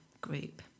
group